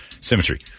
symmetry